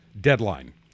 deadline